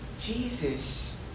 Jesus